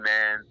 Man